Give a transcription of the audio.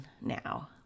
now